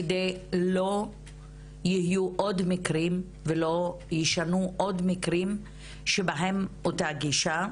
כדי לא יהיו עוד מקרים ולא ישנו עוד מקרים שבהם אותה גישה,